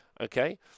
okay